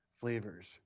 flavors